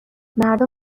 مردم